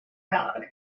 dog